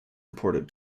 imported